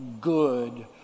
good